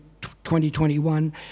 2021